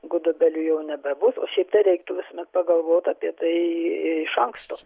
gudobelių jau nebebus o šiaip tai reiktų visuomet pagalvot apie tai iš anksto